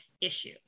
issue